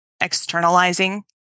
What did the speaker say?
externalizing